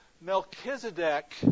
Melchizedek